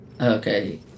Okay